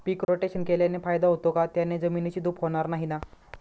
पीक rotation केल्याने फायदा होतो का? त्याने जमिनीची धूप होणार नाही ना?